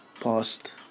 past